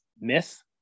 myth